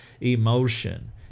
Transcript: emotion